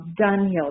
Dunhill